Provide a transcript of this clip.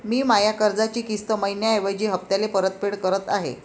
मी माया कर्जाची किस्त मइन्याऐवजी हप्त्याले परतफेड करत आहे